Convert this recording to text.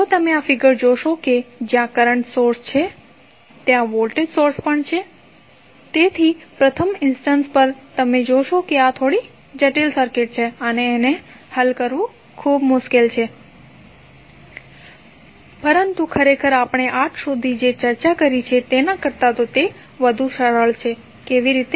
જો તમે આ ફિગર જોશો કે જ્યાં કરંટ સોર્સ છે ત્યાં વોલ્ટેજ સોર્સ પણ છે તેથી પ્રથમ ઇન્સ્ટન્ટ પર તમે જોશો કે આ થોડી જટિલ સર્કિટ છે અને હલ કરવું મુશ્કેલ છે પરંતુ ખરેખર આપણે આજ સુધી જે ચર્ચા કરી છે તેના કરતા તે વધુ સરળ છે કેવી રીતે